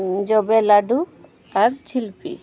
ᱡᱚᱵᱮ ᱞᱟᱰᱩ ᱟᱨ ᱡᱷᱤᱞᱯᱤ